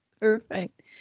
Perfect